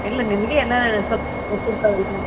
ಇಲ್ಲ ನಿಮಗೇ ಎಲ್ಲ ಗೊತ್ತಿರ್ತವಲ್ಲ